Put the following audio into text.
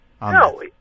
No